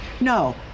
no